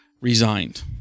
resigned